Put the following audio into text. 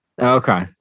Okay